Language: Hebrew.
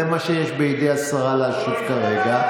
זה מה שיש בידי השרה להשיב כרגע.